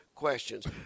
questions